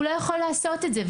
הוא לא יכול לעשות את זה.